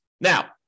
Now